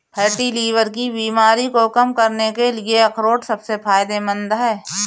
fatty liver की बीमारी को कम करने के लिए अखरोट सबसे फायदेमंद है